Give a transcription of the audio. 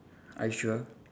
are you sure